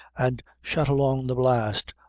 and shot along the blast,